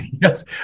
yes